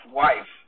wife